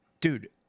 Dude